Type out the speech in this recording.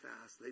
fast